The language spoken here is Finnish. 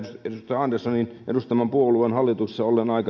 anderssonin edustaman puolueen hallituksessa olon aikana